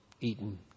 eaten